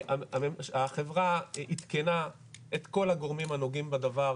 החברה עדכנה את כל הגורמים הנוגעים בדבר,